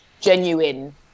genuine